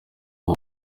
ubu